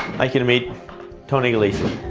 like you to meet tony gagliese.